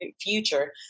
future